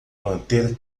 manter